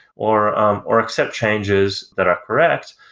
or um or accept changes that are correct.